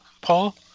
Paul